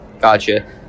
gotcha